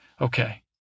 Okay